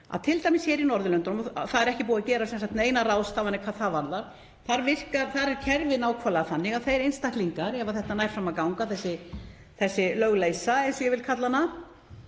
að t.d. hér á Norðurlöndunum, og það er ekki búið að gera neinar ráðstafanir hvað það varðar, er kerfið nákvæmlega þannig að þeir einstaklingar, ef þetta nær fram að ganga, þessi lögleysa eins og ég vil kalla hana,